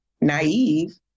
naive